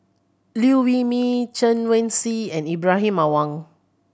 Liew Wee Mee Chen Wen Hsi and Ibrahim Awang